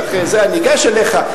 כשאחרי זה אגש אליך.